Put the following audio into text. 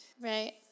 Right